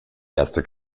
erste